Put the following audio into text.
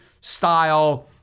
style